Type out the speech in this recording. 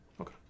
Okay